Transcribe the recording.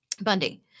Bundy